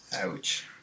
ouch